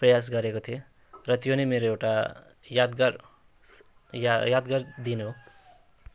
प्रयास गरेको थिएँ र त्यो नै मेरो एउटा यादगार या यादगार दिन हो